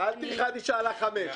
שאלתי אחת, היא שאלה חמש.